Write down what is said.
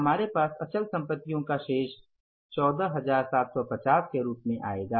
हमारे पास अचल संपत्तियों का शेष 14750 के रूप में आएगा